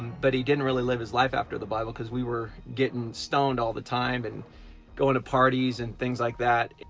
but he didn't really live his life after the bible because we were getting stoned all the time and going to parties and things like that.